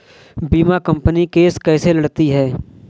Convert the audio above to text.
बीमा company case कैसे लड़ती है?